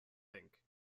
think